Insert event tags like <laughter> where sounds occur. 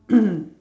<coughs>